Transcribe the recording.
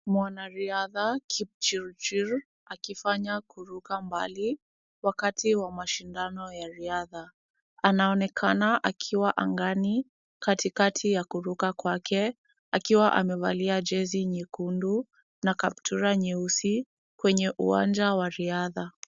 Mwanariadha Kipchirchir akifanya kuruka mbali wakati wa mashindano ya riadha. Anaonekana akiwa angani katikati ya kuruka kwake, akiwa amevalia jezi nyekundu na kaptura nyeusi kwenye uwanja wa riadha.